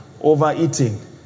Overeating